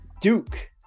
Duke